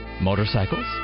Motorcycles